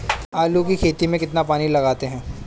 आलू की खेती में कितना पानी लगाते हैं?